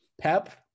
Pep